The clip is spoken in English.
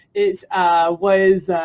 it was.